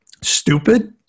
stupid